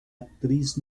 actriz